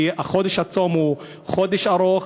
כי חודש הצום הוא חודש ארוך,